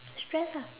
stress lah